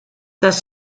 das